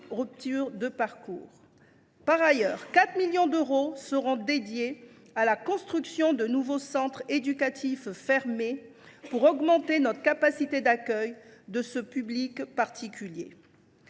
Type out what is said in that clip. rupture de parcours. Par ailleurs, 4 millions d’euros seront consacrés à la construction de nouveaux centres éducatifs fermés, pour augmenter notre capacité d’accueil de ce public particulier.